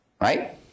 Right